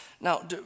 Now